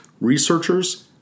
researchers